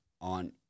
on